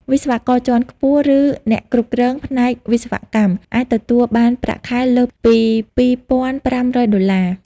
វិស្វករជាន់ខ្ពស់ ឬអ្នកគ្រប់គ្រងផ្នែកវិស្វកម្មអាចទទួលបានប្រាក់ខែលើសពី ២,៥០០ ដុល្លារ។